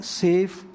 safe